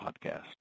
podcast